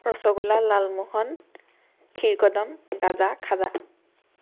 ৰসগোলা লালমোহন খীৰকদম গাজা খাজা